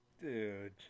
Dude